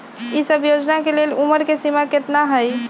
ई सब योजना के लेल उमर के सीमा केतना हई?